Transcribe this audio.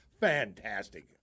Fantastic